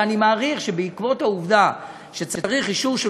ואני מעריך שבעקבות העובדה שצריך אישור של